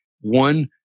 one